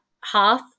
half